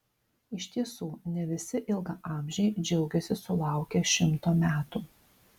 iš tiesų ne visi ilgaamžiai džiaugiasi sulaukę šimto metų